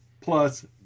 Plus